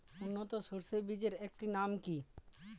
উন্নত সরষে বীজের একটি নাম কি?